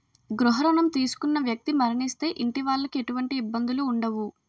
గృహ రుణం తీసుకున్న వ్యక్తి మరణిస్తే ఇంటి వాళ్లకి ఎటువంటి ఇబ్బందులు ఉండవు